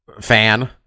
fan